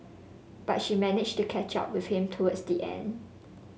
but she managed to catch up with him towards the end